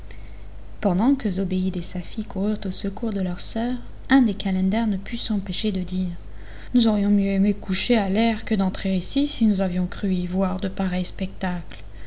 pendant que zobéide et safie coururent au secours de leur soeur un des calenders ne put s'empêcher de dire nous aurions mieux aimé coucher à l'air que d'entrer ici si nous avions cru y voir de pareils spectacles